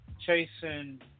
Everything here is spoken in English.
chasing